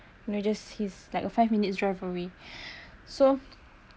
you know just he's like a five minutes drive away so